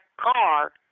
car